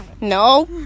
no